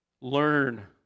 learn